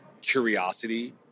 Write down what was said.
curiosity